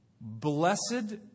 Blessed